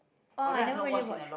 oh I never really watch